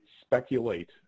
speculate